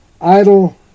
idle